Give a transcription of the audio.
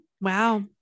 Wow